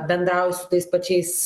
bendrauji su tais pačiais